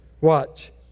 Watch